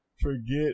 Forget